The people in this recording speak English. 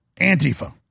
Antifa